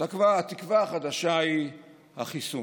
התקווה החדשה היא החיסון.